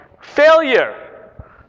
Failure